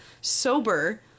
sober